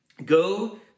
Go